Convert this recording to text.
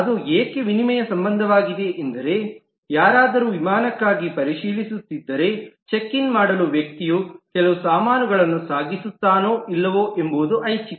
ಅದು ಏಕೆ ವಿನಿಮಯ ಸಂಬಂಧವಾಗಿದೆ ಏಕೆಂದರೆ ಯಾರಾದರೂ ವಿಮಾನಕ್ಕಾಗಿ ಪರಿಶೀಲಿಸುತ್ತಿದ್ದರೆ ಚೆಕ್ ಇನ್ ಮಾಡಲು ವ್ಯಕ್ತಿಯು ಕೆಲವು ಸಾಮಾನುಗಳನ್ನು ಸಾಗಿಸುತ್ತಾನೋ ಇಲ್ಲವೋ ಎಂಬುದು ಐಚ್ಛಿಕ